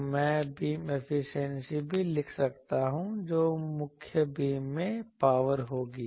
तो मैं beam efficiency भी लिख सकता हूं जो मुख्य बीम में पावर होगी